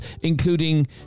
including